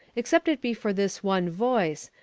except it be for this one voice,